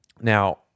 Now